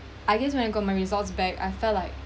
I guess when I got my results back I felt like